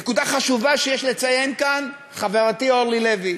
נקודה חשובה שיש לציין כאן, חברתי אורלי לוי.